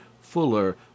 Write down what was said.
fuller